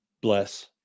bless